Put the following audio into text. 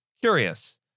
curious